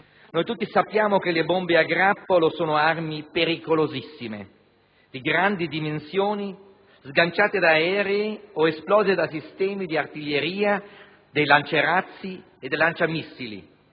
tutti sappiamo che le bombe a grappolo sono armi pericolosissime, di grandi dimensioni, sganciate da aerei o esplose da sistemi di artiglieria, da lanciarazzi e lanciamissili,